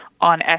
on